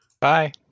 Bye